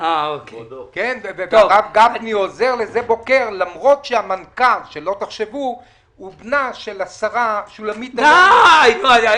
הרב גפני עוזר לשדה בוקר למרות שהמנכ"ל הוא בנה של השרה שולמית אלוני.